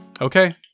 okay